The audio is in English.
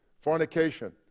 fornication